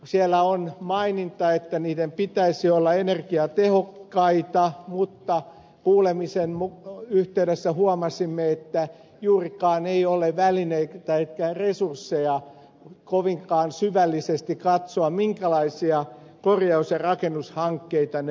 siellä on maininta että korjausten pitäisi olla energiatehokkaita mutta kuulemisen yhteydessä huomasimme että juurikaan ei ole välineitä eikä resursseja kovinkaan syvällisesti katsoa minkälaisia korjaus ja rakennushankkeita ne ovat